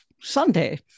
Sunday